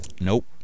Nope